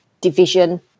division